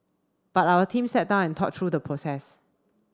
but our team sat down and thought through the process